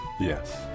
Yes